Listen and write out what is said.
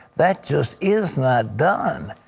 that just is not done.